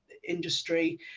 Industry